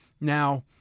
Now